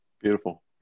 Beautiful